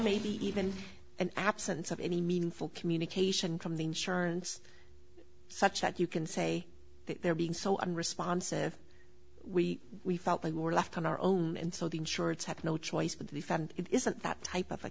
maybe even an absence of any meaningful communication from the insurance such that you can say that they're being so and responsive we we felt we were left on our own and so the insurers have no choice but to defend it isn't that type of a